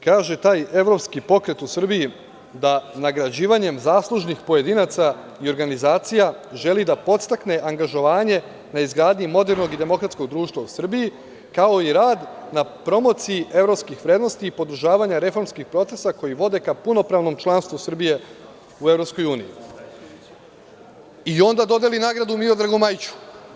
Kaže taj Evropski pokret u Srbiji da nagrađivanjem zaslužnih pojedinaca i organizacija želi da podstakne angažovanje na izgradnji modernog i demokratskog društva u Srbiji, kao i rad na promociji evropskih vrednosti i podržavanja reformskih procesa koji vode ka punopravnom članstvu Srbije u EU i onda dodeli nagradu Miodragu Majiću.